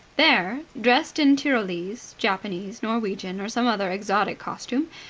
there, dressed in tyrolese, japanese, norwegian, or some other exotic costume,